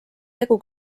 tegu